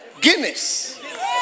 Guinness